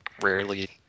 rarely